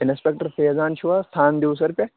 inspector Faizan چھُو حظ تھان دِٮ۪وسَر پٮ۪ٹھ